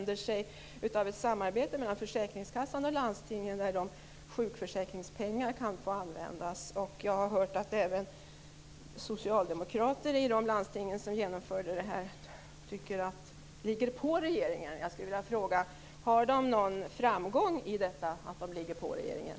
Det är ett samarbete mellan försäkringskassa och landsting där sjukförsäkringspengar kan få användas. Jag har hört att även socialdemokrater i de landsting som genomförde det här ligger på regeringen. Jag skulle vilja fråga: Har de någon framgång med att de ligger på regeringen?